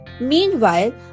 Meanwhile